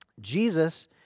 Jesus